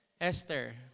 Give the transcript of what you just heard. Esther